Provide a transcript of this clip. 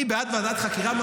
אני, כל עוד שאני כאן,